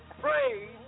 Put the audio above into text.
praise